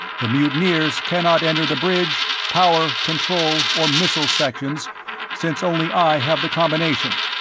the mutineers cannot enter the bridge, power, control, or missiles sections since only i have the combination.